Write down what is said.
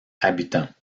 habitants